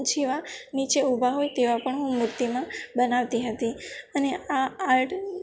જેવા નીચે ઉભા હોય તેવાં પણ હું મૂર્તિમાં બનાવતી હતી અને આ આર્ટ